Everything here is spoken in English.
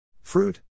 Fruit